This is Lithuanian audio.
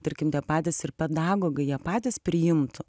tarkim tie patys ir pedagogai jie patys priimtų